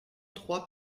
trois